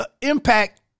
impact